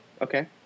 Okay